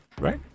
right